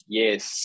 yes